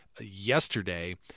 yesterday